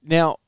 Now